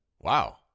wow